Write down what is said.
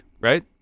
right